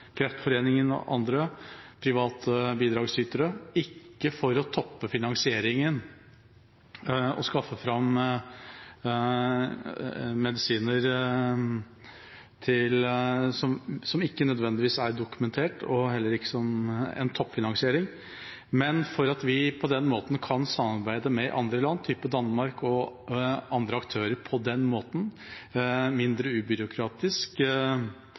Kreftforeningen og andre private bidragsytere. Det er ikke for å toppe finansieringen og skaffe fram medisiner som ikke nødvendigvis er dokumentert, og heller ikke som toppfinansiering, men for at vi på den måten kan samarbeide med andre land, som Danmark, og andre aktører